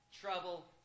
trouble